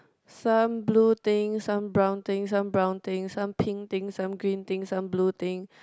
some blue thing some brown thing some brown thing some pink thing some green thing some blue thing